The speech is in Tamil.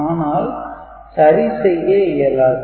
ஆனால் சரி செய்ய இயலாது